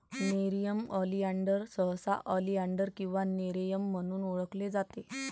nerium oleander सहसा oleander किंवा nerium म्हणून ओळखले जाते